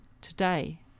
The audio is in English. today